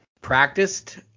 practiced